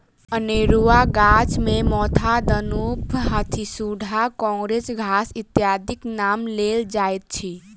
अनेरूआ गाछ मे मोथा, दनुफ, हाथीसुढ़ा, काँग्रेस घास इत्यादिक नाम लेल जाइत अछि